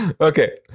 Okay